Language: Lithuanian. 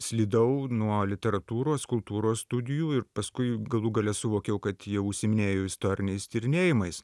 slydau nuo literatūros kultūros studijų ir paskui galų gale suvokiau kad jie užsiiminėjo istoriniais tyrinėjimais